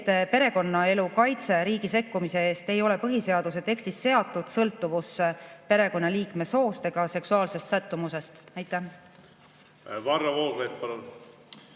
et perekonnaelu kaitse riigi sekkumise eest ei ole põhiseaduse tekstis seatud sõltuvusse perekonnaliikme soost ega seksuaalsest sättumusest. Varro Vooglaid,